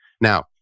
Now